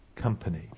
company